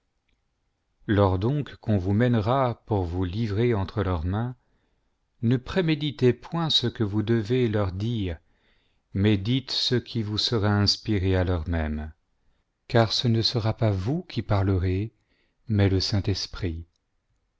lors donc qu'on vous mènera pour vous livrer entre leurs mains ne préméditez point ce que vous devez leur dire mais dites ce qui vous sera inspiré à l'heure même car ce ne sera pas vous qui parierez mais le saint-esprit